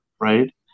right